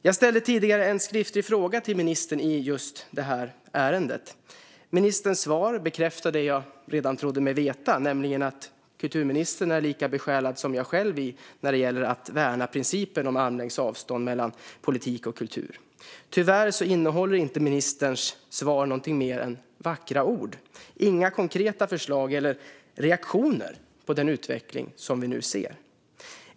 Jag ställde tidigare en skriftlig fråga till ministern i just det här ärendet. Ministerns svar bekräftade det jag redan trodde mig veta, nämligen att kulturministern är lika besjälad som jag själv av att värna principen om armlängds avstånd mellan politik och kultur. Tyvärr innehåller ministerns svar inte någonting mer än vackra ord - inga konkreta förslag eller reaktioner på den utveckling vi nu ser.